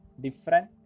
different